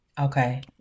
Okay